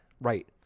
Right